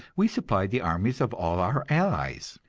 we supplied the armies of all our allies.